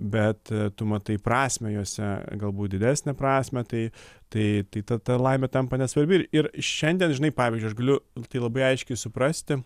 bet tu matai prasmę juose galbūt didesnę prasmę tai tai tai ta ta laimė tampa nesvarbi ir ir šiandien žinai pavyzdžiui aš galiu tai labai aiškiai suprasti